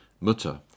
mutter